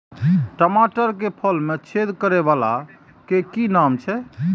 टमाटर के फल में छेद करै वाला के कि नाम छै?